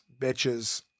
bitches